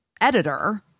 editor